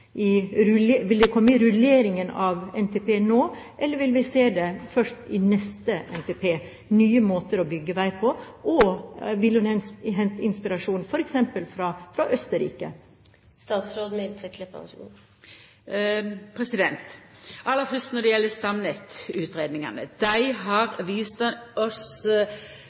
Vil det komme i rulleringen av NTP nå, eller vil vi se nye måter å bygge vei på først i neste NTP, og vil hun hente inspirasjon f.eks. fra Østerrike? Fyrst når det gjeld stamnettutgreiingane: Dei har vist oss ei utvikling, og dei har peika på ei retning som det